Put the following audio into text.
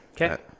Okay